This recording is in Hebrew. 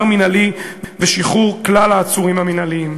מינהלי ושחרור כלל העצורים המינהליים.